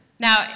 Now